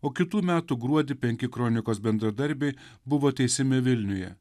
o kitų metų gruodį penki kronikos bendradarbiai buvo teisiami vilniuje